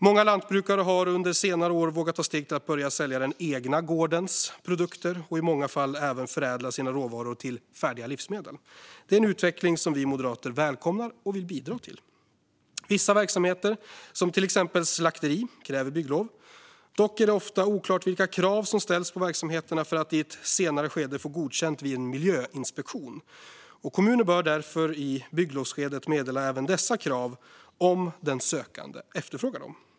Många lantbrukare har under senare år vågat ta steget att börja sälja den egna gårdens produkter och i många fall även förädla sina råvaror till färdiga livsmedel. Det är en utveckling som vi moderater välkomnar och vill bidra till. Vissa verksamheter, till exempel slakteri, kräver bygglov. Dock är det ofta oklart vilka krav som ställs på verksamheterna för att i ett senare skede få godkänt vid en miljöinspektion. Kommuner bör därför i bygglovsskedet meddela även dessa krav om den sökande efterfrågar dem.